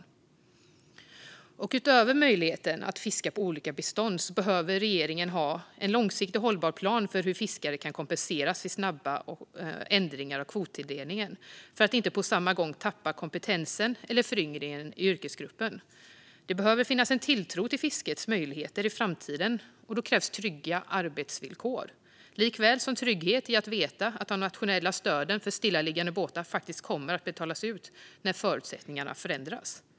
Utöver att ge möjlighet att fiska på olika bestånd behöver regeringen ha en långsiktigt hållbar plan för hur fiskare kan kompenseras vid snabba ändringar av kvottilldelningen för att inte tappa kompetensen eller föryngringen i yrkesgruppen. Det behöver finnas en tilltro till fiskets möjligheter i framtiden, och då krävs trygga arbetsvillkor liksom trygghet i att veta att de nationella stöden för stillaliggande båtar faktiskt kommer att betalas ut när förutsättningarna förändras.